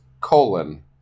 colon